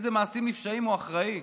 לאיזה מעשים נפשעים הוא אחראי.